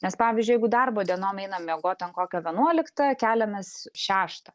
nes pavyzdžiui jeigu darbo dienom einam miegot ten kokią vienuoliktą keliamės šeštą